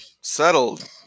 Settled